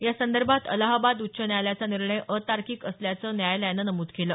यासंदर्भात अलाहाबाद उच्च न्यायालयाचा निर्णय अतार्किक असल्याचं न्यायालयानं नमूद केलं